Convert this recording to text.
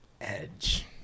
edge